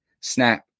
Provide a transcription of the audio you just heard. snap